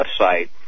website